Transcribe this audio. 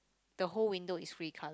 the whole window is grey colour